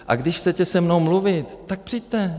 A když chcete se mnou mluvit, tak přijďte.